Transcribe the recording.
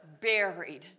buried